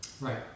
Right